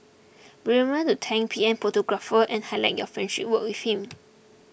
remember to tank PM's photographer and highlight your friendship with him